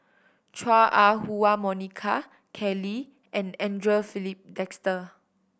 Chua Ah Huwa Monica Kelly Tang and Andre Filipe Desker